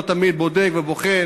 הוא לא תמיד בודק ובוחן,